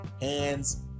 hands